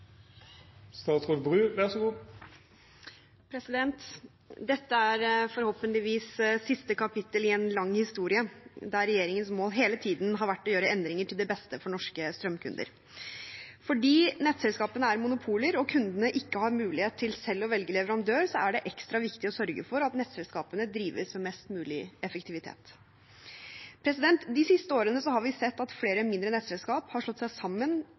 Dette er forhåpentligvis siste kapittel i en lang historie – der regjeringens mål hele tiden har vært å gjøre endringer til beste for norske strømkunder. Fordi nettselskapene er monopoler og kundene ikke har mulighet til selv å velge leverandør, er det ekstra viktig å sørge for at nettselskapene drives med mest mulig effektivitet. De siste årene har vi sett at flere mindre nettselskap har slått seg sammen